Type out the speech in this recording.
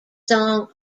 song